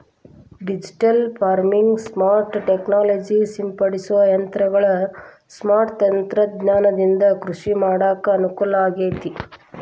digital farming, smart technology ಸಿಂಪಡಿಸುವ ಯಂತ್ರಗಳ smart ತಂತ್ರಜ್ಞಾನದಿಂದ ಕೃಷಿ ಮಾಡಾಕ ಅನುಕೂಲಾಗೇತಿ